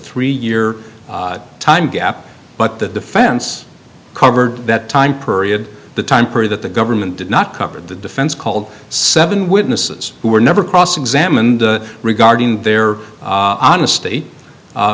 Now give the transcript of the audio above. three year time gap but the defense covered that time period the time period that the government did not covered the defense called seven witnesses who were never cross examined regarding their honesty